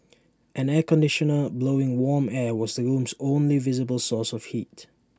an air conditioner blowing warm air was the room's only visible source of heat